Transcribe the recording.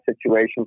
situation